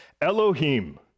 Elohim